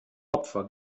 opfer